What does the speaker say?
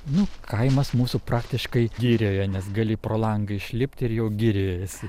nu kaimas mūsų praktiškai girioje nes gali pro langą išlipt ir jau girioje esi